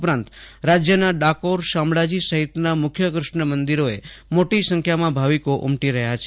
ઉપરાંત રાજ્યના ડાકોર શામળાજી સહીતના મુખ્ય કૃષ્ણ મંદિરોએ મોટી સંખ્યામાં ભાવિકો ઉમટી રહ્યા છે